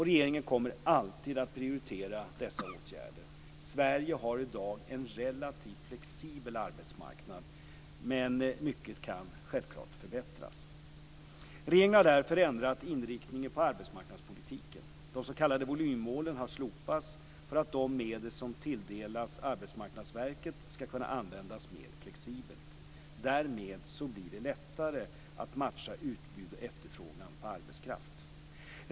Regeringen kommer alltid att prioritera dessa åtgärder. Sverige har i dag en relativt flexibel arbetsmarknad, men mycket kan självklart förbättras. Regeringen har därför ändrat inriktning på arbetsmarknadspolitiken. De s.k. volymmålen har slopats för att de medel som tilldelas AMV skall kunna användas mer flexibelt. Därmed blir det lättare att matcha utbud och efterfrågan på arbetskraft.